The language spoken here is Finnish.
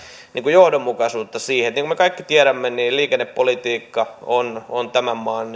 johdonmukaisuutta siihen niin kuin me kaikki tiedämme liikennepolitiikka on se tämän maan